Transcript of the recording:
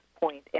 point